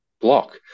block